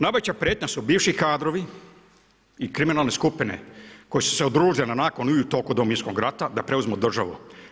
Najveća prijetnja su bivši kadrovi i kriminalne skupine koje su se udružile nakon i u toku Domovinskog rata da preuzmu državu.